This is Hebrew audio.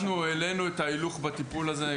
אנחנו העלינו את ההילוך בטיפול הזה.